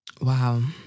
Wow